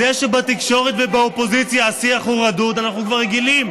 תתמודד עם